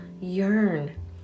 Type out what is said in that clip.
yearn